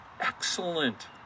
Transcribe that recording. excellent